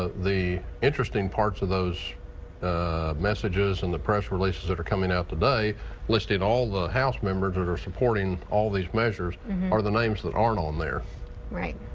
ah the interesting parts of those messages and the press releases that are coming out today listed all the house members that are suporting all these measures are the names that aren't on there. rocha right,